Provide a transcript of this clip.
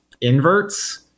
inverts